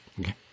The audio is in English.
Okay